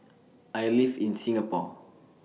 I live in Singapore